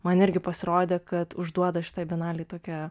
man irgi pasirodė kad užduoda šitai bienalei tokią